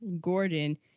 Gordon